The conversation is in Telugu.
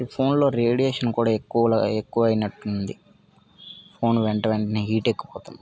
ఈ ఫోన్లో రేడియేషన్ కూడా ఎక్కువ ఎక్కువైనట్టుంది ఫోన్ వెంట వెంటనే హీట్ ఎక్కిపోతుంది